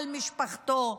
על משפחתו,